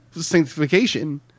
sanctification